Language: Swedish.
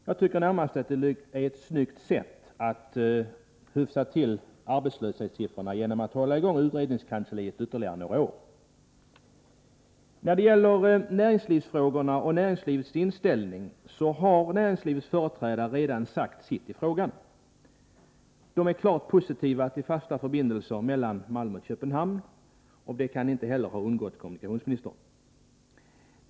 Jag tycker att det närmast är ett snyggt sätt att hyfsa till arbetslöshetssiffrorna, genom att hålla i gång utredningskansliet ytterligare några år. När det gäller näringslivsfrågorna och näringslivets inställning har näringslivets företrädare redan sagt sitt i frågan. De är klart positiva till fasta förbindelser mellan Malmö och Köpenhamn — det kan inte heller ha undgått kommunikationsministern.